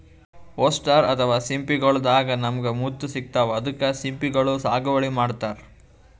oyster ಅಥವಾ ಸಿಂಪಿಗೊಳ್ ದಾಗಾ ನಮ್ಗ್ ಮುತ್ತ್ ಸಿಗ್ತಾವ್ ಅದಕ್ಕ್ ಸಿಂಪಿಗೊಳ್ ಸಾಗುವಳಿ ಮಾಡತರ್